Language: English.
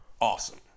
awesome